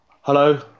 Hello